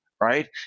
right